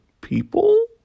people